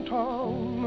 town